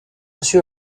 reçu